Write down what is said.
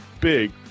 big